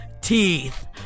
teeth